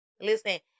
listen